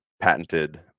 patented